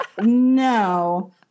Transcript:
No